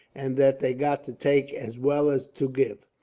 and that they've got to take as well as to give.